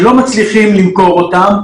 שלא מצליחים למכור אותן,